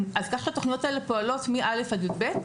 כך, התכניות האלה פועלות מ-א' ועד י"ב.